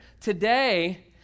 Today